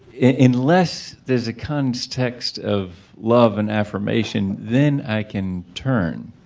unless there is context of love and affirmation then i can turn